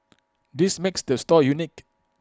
this makes the store unique